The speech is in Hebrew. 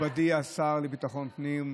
מכובדי השר לביטחון הפנים,